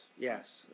Yes